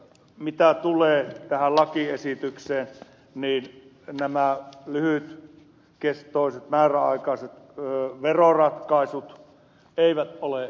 mitä tulee tähän lakiesitykseen niin nämä lyhytkestoiset määräaikaiset veroratkaisut eivät ole hyviä